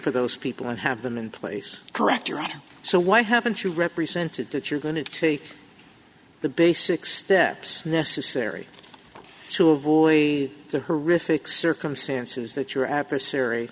for those people and have them in place correct around so why haven't you represented that you're going to take the basic steps necessary to avoid the horrific circumstances that your adversary